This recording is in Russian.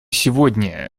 сегодня